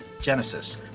Genesis